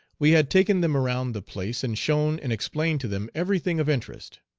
we had taken them around the place and shown and explained to them every thing of interest.